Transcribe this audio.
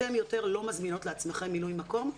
אתן יותר לא מזמינות לעצמכן מילוי מקום.